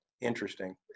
interesting